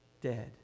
dead